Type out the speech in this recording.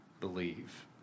believe